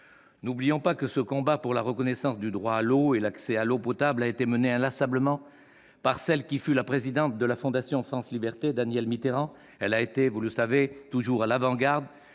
N'oublions pas que ce combat pour la reconnaissance du droit à l'eau et à l'accès à l'eau potable a été mené inlassablement par celle qui fut la présidente de la fondation France Libertés, Danielle Mitterrand. Elle a toujours été à l'avant-garde